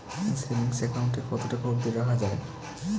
Savings account এ কতো টাকা অব্দি রাখা যায়?